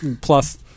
plus